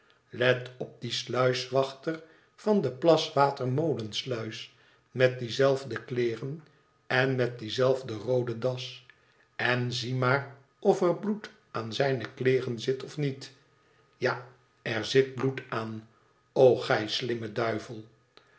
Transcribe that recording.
let op dien sluiswachter van de plaswater molensluis met die zelfde ileeren en met die zelfde roode dasi en zie maar of er bloed aan zijne kleeren zit of niet ja er zit bloed aan o gij slimme duivel